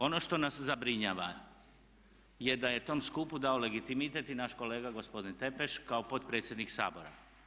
Ono što nas zabrinjava je da je tom skupu dao legitimitet i naš kolega gospodin Tepeš kao potpredsjednik Sabora.